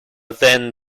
then